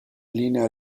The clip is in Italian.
linea